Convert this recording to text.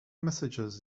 messages